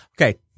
Okay